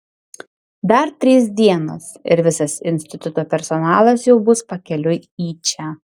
dar trys dienos ir visas instituto personalas jau bus pakeliui į čia